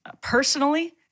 personally